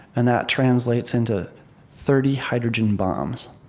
and that translates into thirty hydrogen bombs.